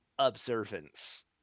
Observance